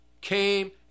came